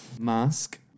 Mask